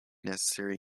necessary